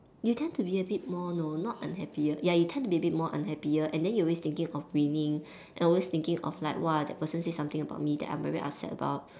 you tend to be a bit more no not unhappier ya you tend to be a bit more unhappier and then you always thinking of winning and always thinking of like !wah! that person say something about me that I'm very upset about